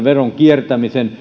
veronkiertämisen